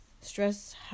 Stress